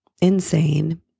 insane